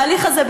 התהליך הזה,